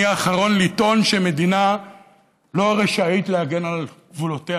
אני האחרון לטעון שמדינה לא רשאית להגן על גבולותיה.